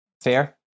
fair